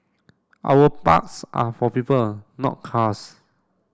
our parks are for people not cars